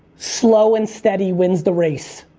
slow and steady wins the race.